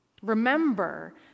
Remember